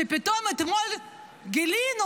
כשפתאום אתמול גילינו,